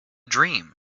dream